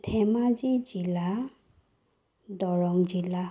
ধেমাজি জিলা দৰং জিলা